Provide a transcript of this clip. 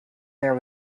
there